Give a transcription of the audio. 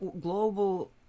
global